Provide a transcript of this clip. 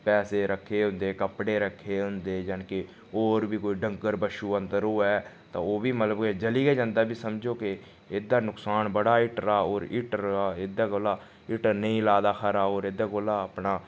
पैसे रक्खे होंदे कपड़े रक्खे होंदे जानि कि होर बी कोई डंगर बच्छु अंदर होऐ तां ओह् बी मतलब जली गै जन्दा ऐ समझो के एह्दा नुकसान बड़ा हीटरै होर हीटरै एह्दे कोला हीटर नेईं लाए दा खरा होर एह्दे कोला अपना